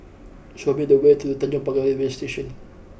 show me the way to Tanjong Pagar Railway Station